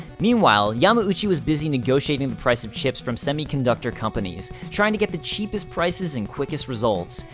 meanwhile, yamauchi was busy negotiating the price of chips from semiconductor companies trying to get the cheapest prices and quickest results.